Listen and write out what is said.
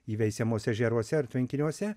įveisiamos ežeruose ar tvenkiniuose